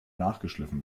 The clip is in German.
nachgeschliffen